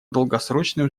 долгосрочной